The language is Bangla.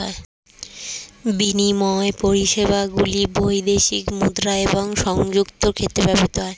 বিনিময় পরিষেবাগুলি বৈদেশিক মুদ্রা এবং সংযুক্ত ক্ষেত্রে ব্যবহৃত হয়